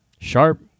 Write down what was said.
sharp